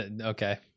Okay